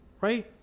right